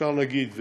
אפשר להגיד,